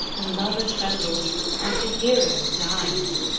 the lover trembles and the hero dies!